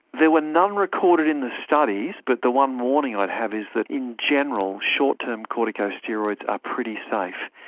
there were none recorded in the studies, but the one warning i'd have is that in general short-term corticosteroids are pretty safe,